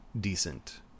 decent